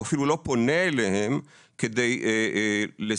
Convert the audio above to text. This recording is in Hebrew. הוא אפילו לא פונה אליהם כדי לזרז